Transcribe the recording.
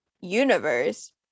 universe